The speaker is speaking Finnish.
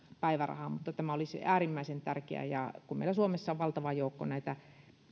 päiväraha mutta tämä olisi äärimmäisen tärkeä ja kun meillä suomessa on valtava joukko näitä